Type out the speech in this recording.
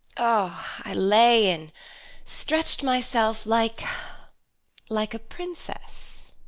oh i lay and stretched myself like like a princess!